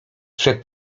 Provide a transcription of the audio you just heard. przed